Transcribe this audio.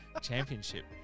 championship